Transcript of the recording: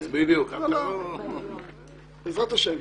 בעזרת השם.